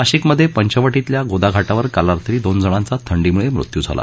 नाशिकमध्ये पंचवटीतल्याल गोदा घाटावर काल रात्री दोन जणांचा थंडीमुळे मृत्यू झाला